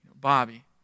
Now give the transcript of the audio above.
Bobby